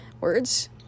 words